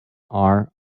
are